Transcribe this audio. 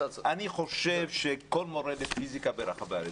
ואני חושב שכל מורה לפיזיקה ברחבי הארץ,